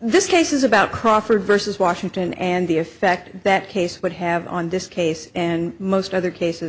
this case is about crawford versus washington and the effect that case would have on this case and most other cases